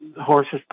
horses